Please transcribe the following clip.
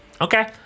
Okay